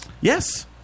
Yes